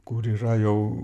kur yra jau